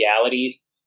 realities